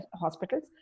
hospitals